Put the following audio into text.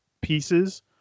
pieces